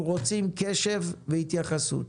אנחנו רוצים קשב והתייחסות.